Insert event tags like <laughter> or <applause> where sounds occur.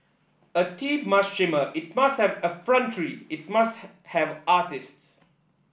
a team must shimmer it must have effrontery it must <unintelligible> have artists